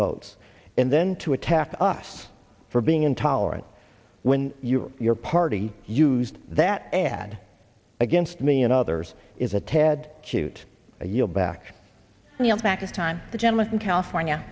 votes and then to attack us for being intolerant when your party used that ad against me and others is a tad cute you'll back me up back in time the gentleman from california